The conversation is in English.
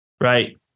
right